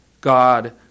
God